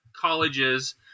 colleges